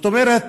זאת אומרת,